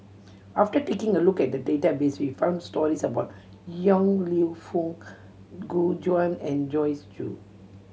after taking a look at the database we found stories about Yong Lew Foong Gu Juan and Joyce Jue